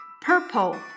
purple